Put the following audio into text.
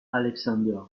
alexander